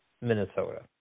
Minnesota